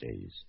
days